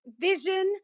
vision